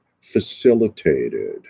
facilitated